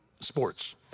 sports